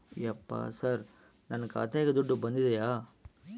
ಯಪ್ಪ ಸರ್ ನನ್ನ ಖಾತೆಗೆ ದುಡ್ಡು ಬಂದಿದೆಯ?